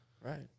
Right